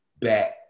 back